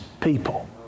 people